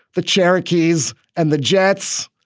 the cherokee's and the jets.